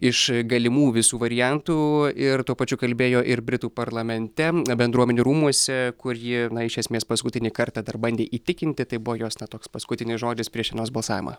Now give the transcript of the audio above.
iš galimų visų variantų ir tuo pačiu kalbėjo ir britų parlamente bendruomenių rūmuose kur ji na iš esmės paskutinį kartą dar bandė įtikinti tai buvo jos na toks paskutinis žodis prieš šiandienos balsavimą